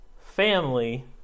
family